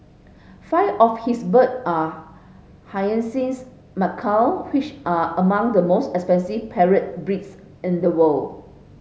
five of his bird are hyacinth macaw which are among the most expensive parrot breeds in the world